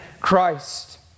Christ